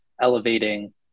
elevating